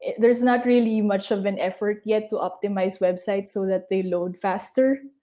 there's not really much of an effort yet to optimize websites so that they load faster.